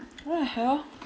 what the hell